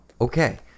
Okay